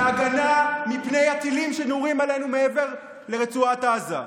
בהגנה מפני הטילים שנורים עלינו מעבר לרצועת עזה.